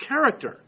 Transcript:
character